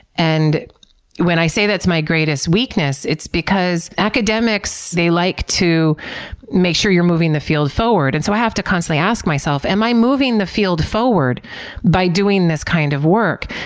and when i say that's my greatest weakness, it's because, academics, they like to make sure you're moving the field forward. and so i have to constantly ask myself, am i moving the field forward by doing this kind of work?